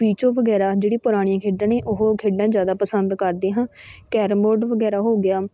ਪੀਚੋ ਵਗੈਰਾ ਜਿਹੜੀ ਪੁਰਾਣੀਆਂ ਖੇਡਾਂ ਨੇ ਉਹ ਖੇਡਾਂ ਜ਼ਿਆਦਾ ਪਸੰਦ ਕਰਦੇ ਹਾਂ ਕੈਰਮ ਬੋਰਡ ਵਗੈਰਾ ਹੋ ਗਿਆ